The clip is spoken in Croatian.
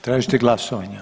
Tražite glasovanje?